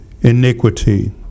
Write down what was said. iniquity